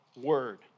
word